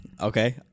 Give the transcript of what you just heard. Okay